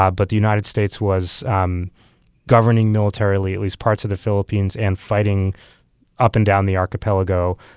ah but the united states was um governing militarily at least parts of the philippines, and fighting up and down the archipelago,